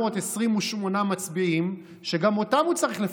273,828 מצביעים, שגם אותם הוא צריך לפצות,